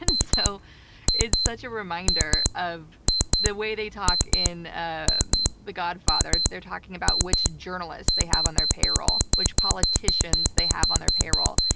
and so it's such a reminder of the way they talk in and the godfather. they're talking about which journalists they have on their payroll, which politicians they have on their payroll.